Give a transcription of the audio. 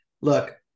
Look